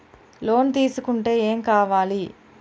Loan తీసుకుంటే ఏం కావాలి?